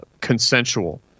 consensual